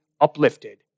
uplifted